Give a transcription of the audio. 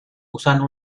usando